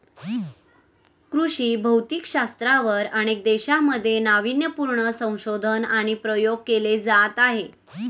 कृषी भौतिकशास्त्रावर अनेक देशांमध्ये नावीन्यपूर्ण संशोधन आणि प्रयोग केले जात आहेत